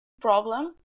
problem